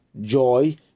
joy